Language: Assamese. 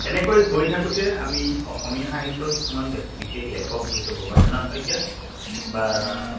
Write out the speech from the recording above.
এনেকৈ গৈ থাকোঁতে আমি অসমীয়া সাহিত্যৰ কিছুমান বিশেষ লেখক বিশেষকৈ ভৱেন্দ্ৰনাথ শইকীয়া বা